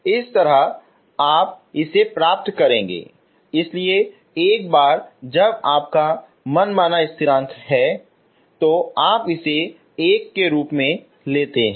इस तरह आप इसे प्राप्त करेंगे इसलिए एक बार जब आप मनमाना स्थिरांक लेते हैं तो आप इसे एक के रूप में लेते हैं